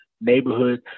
neighborhood